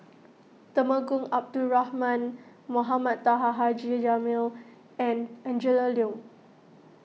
Temenggong Abdul Rahman Mohamed Taha Haji Jamil and Angela Liong